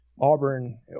Auburn